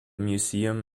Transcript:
museum